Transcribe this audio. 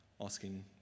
asking